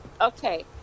Okay